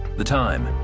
the time,